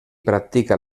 practica